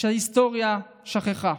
ההיסטוריה שנשכחה.